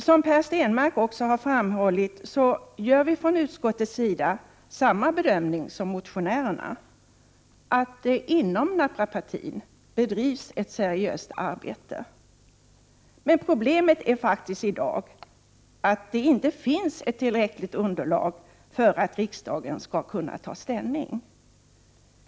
Som Per Stenmarck också framhöll har vi från utskottets sida gjort samma bedömning som motionärerna, att det inom naprapatin bedrivs ett seriöst arbete men att problemet i dag faktiskt är att det inte finns ett tillräckligt underlag för att riksdagen skall kunna ta ställning.